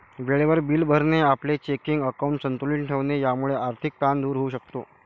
वेळेवर बिले भरणे, आपले चेकिंग अकाउंट संतुलित ठेवणे यामुळे आर्थिक ताण दूर होऊ शकतो